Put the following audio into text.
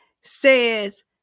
says